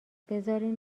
بذارین